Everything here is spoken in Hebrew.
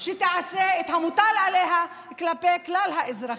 שתעשה את המוטל עליה כלפי כלל האזרחים.